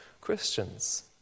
Christians